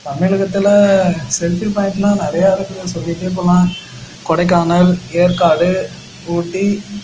தமிழகத்துல செல்ஃபி பாயிண்ட்டெலாம் நிறையா இருக்குது சொல்லிகிட்டே போகலாம் கொடைக்கானல் ஏற்காடு ஊட்டி